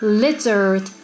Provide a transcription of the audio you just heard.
lizard